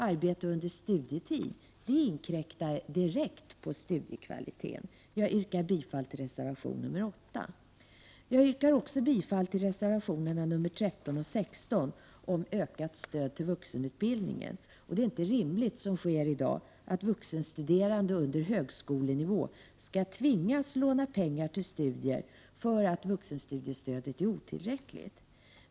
Arbete under studietid inkräktar ju direkt på studiekvaliteten. Jag yrkar bifall till reservation 8. Jag yrkar också bifall till reservationerna 13 och 16 om ökat stöd till vuxenutbildningen. Det är inte rimligt, som i dag sker, att vuxenstuderande på en lägre nivå än högskolenivå skall tvingas låna pengar till studier för att vuxenstudiestödet är otillräckligt.